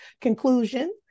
conclusion